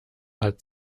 hat